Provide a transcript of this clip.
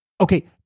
Okay